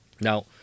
Now